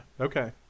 Okay